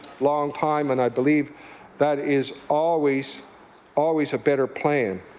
long time. and i believe that is always always a better plan.